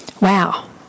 Wow